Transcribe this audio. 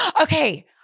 Okay